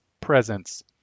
Presence